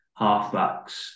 halfbacks